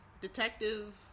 Detective